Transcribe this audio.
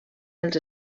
els